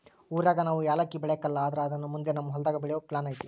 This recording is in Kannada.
ಊರಾಗ ನಾವು ಯಾಲಕ್ಕಿ ಬೆಳೆಕಲ್ಲ ಆದ್ರ ಅದುನ್ನ ಮುಂದೆ ನಮ್ ಹೊಲದಾಗ ಬೆಳೆಯೋ ಪ್ಲಾನ್ ಐತೆ